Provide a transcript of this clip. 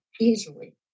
easily